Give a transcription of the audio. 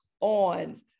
on